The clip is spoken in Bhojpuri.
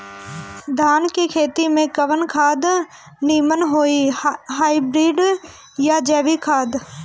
धान के खेती में कवन खाद नीमन होई हाइब्रिड या जैविक खाद?